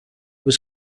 was